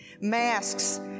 Masks